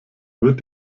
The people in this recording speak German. wird